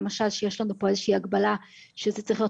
כמו למשל שיש לנו פה איזושהי הגבלה שזה צריך להיות